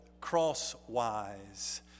Crosswise